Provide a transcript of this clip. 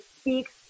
speaks